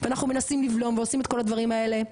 ואנחנו מנסים לבלום ועושים את כל הדברים האלה.